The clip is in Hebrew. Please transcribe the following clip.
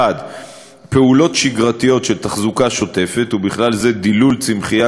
1. פעולות שגרתיות של תחזוקה שוטפת ובכלל זה דילול צמחייה,